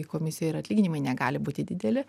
komisijai ir atlyginimai negali būti dideli